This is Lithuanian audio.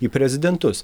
į prezidentus